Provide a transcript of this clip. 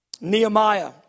Nehemiah